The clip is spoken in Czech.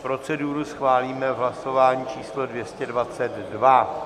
Proceduru schválíme v hlasování číslo 222.